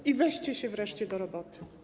I weźcie się wreszcie do roboty.